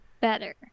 better